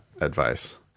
advice